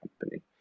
company